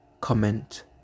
comment